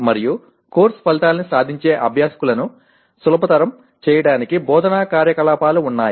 మరియు కోర్సు ఫలితాన్ని సాధించే అభ్యాసకులను సులభతరం చేయడానికి బోధనా కార్యకలాపాలు ఉన్నాయి